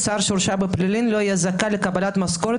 שר שהורשע בפלילים לא יהיה זכאי לקבלת משכורת